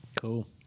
Cool